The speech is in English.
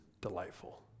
delightful